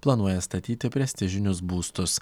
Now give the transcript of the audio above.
planuoja statyti prestižinius būstus